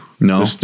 No